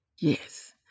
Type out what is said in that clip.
Yes